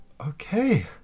okay